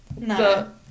No